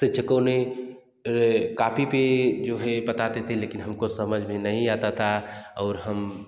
शिक्षकों ने कापी पर जो है बताते थे लेकिन हम को समझ में नहीं आता था और हम